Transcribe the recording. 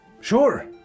Sure